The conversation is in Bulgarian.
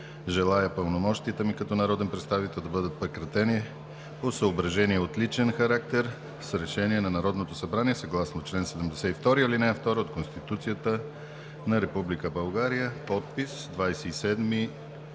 Желая пълномощията ми като народен представител да бъдат прекратени по съображения от личен характер с решение на Народното събрание съгласно чл. 72, ал. 2 от Конституцията на Република България. Подпис, 27